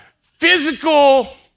physical